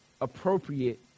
appropriate